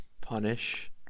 Punish